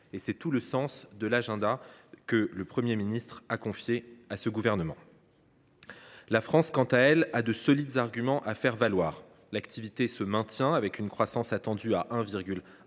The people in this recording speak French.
! C’est tout le sens de l’agenda que le Premier ministre a défini pour ce gouvernement. La France, quant à elle, a de solides arguments à faire valoir. L’activité se maintient : le taux de croissance pour 2024